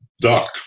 duck